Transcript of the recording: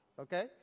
okay